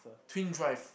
twin drive